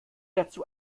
dazu